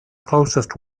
closest